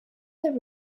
their